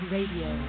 Radio